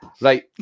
Right